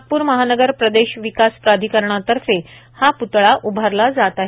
नागपूर महानगर प्रदेश विकास प्राधिकरणातर्फे हा प्तळा उभारला जात आहे